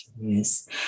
Yes